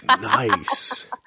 Nice